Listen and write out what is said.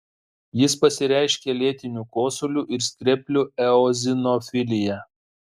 jis pasireiškia lėtiniu kosuliu ir skreplių eozinofilija